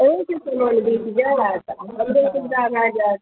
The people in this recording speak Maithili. अहुँके सामान बिक जाइत आ हमरो सुविधा भए जाइत